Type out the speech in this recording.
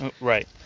Right